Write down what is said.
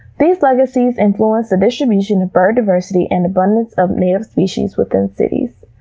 these legacies influence the distribution of bird diversity and abundance of native species within cities.